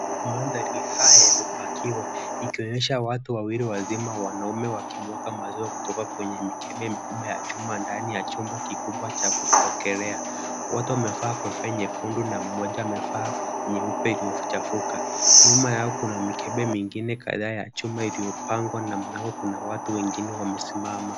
mandari haya yamepakiewa ikaonyesha watu wawili wazima wanaume wakimwaga maziwa kutoka kwenye mikebe mikubwa ya chuma ndani ya chombo kikubwa cha kupokelea. Wote wamevaa kuefanya kundu na mmoja amevaa nyeupe iliyofichafuka. Nyuma yao kuna mikebe mingine kadhaa ya chuma iliyopangwa na mlango kuna watu wengine wamesimama.